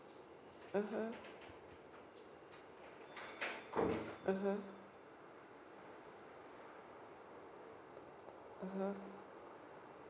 mmhmm mmhmm mmhmm